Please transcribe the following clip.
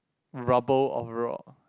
rubble or rock